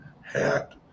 hat